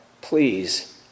please